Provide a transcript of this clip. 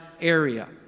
area